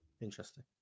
Interesting